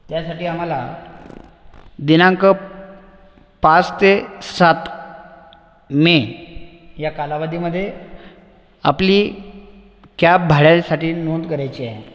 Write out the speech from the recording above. त्यासाठी आम्हाला दिनांक पाच ते सात मे या कालावधीमध्ये आपली कॅब भाड्यासाठी नोंद करायची आहे